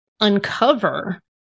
uncover